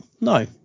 No